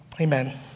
amen